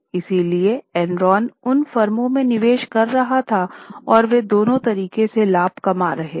इसलिए एनरॉन उन फर्मों में निवेश कर रहा था और वे दोनों तरीकों से लाभ कमा रहे थे